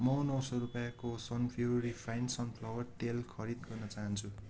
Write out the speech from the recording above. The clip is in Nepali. म नौ सय रुपियाँको sun pure refine sunflower तेल खरिद गर्न चाहन्छु